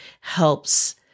helps